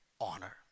honor